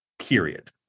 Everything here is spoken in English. period